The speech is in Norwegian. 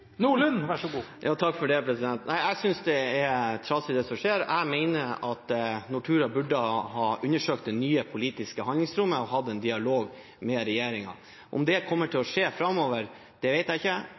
Jeg synes det er trasig det som skjer. Jeg mener at Nortura burde ha undersøkt det nye politiske handlingsrommet og hatt en dialog med regjeringen. Om det kommer til